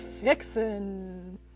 fixin